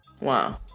Wow